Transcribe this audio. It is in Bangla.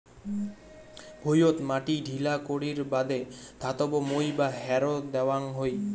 ভুঁইয়ত মাটি ঢিলা করির বাদে ধাতব মই বা হ্যারো দ্যাওয়াং হই